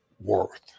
worth